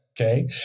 Okay